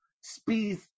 speed